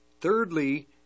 thirdly